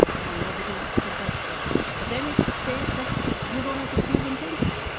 and nobody contests that, but then it says that you don't have to prove intention.